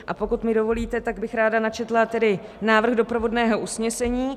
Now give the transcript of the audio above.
A pokud mi dovolíte, tak bych ráda načetla návrh doprovodného usnesení: